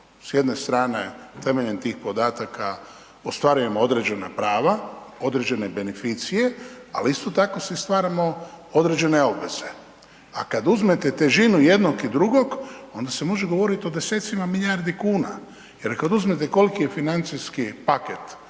S jedne strane temeljem tih podataka ostvarujemo određena prava, određene beneficije, ali isto tako si i stvaramo određene obveze. A kad uzmete težinu i jednog i drugog onda se može govorit o desecima milijardi kuna jer kad uzmete kolki je financijski paket